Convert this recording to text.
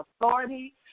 authority